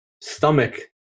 stomach